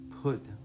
Put